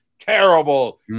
terrible